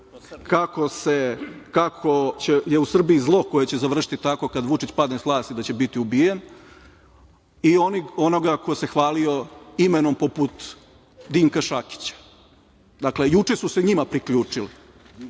kako je u Srbiji zlo koje će završiti tako kad Vučić padne sa vlasti da će biti ubijen i onoga ko se hvalio imenom, poput Dinka Šakića. Dakle, juče su se njima priključili.